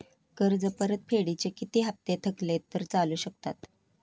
कर्ज परतफेडीचे किती हप्ते थकले तर चालू शकतात?